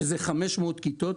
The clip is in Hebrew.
שזה 500 כיתות,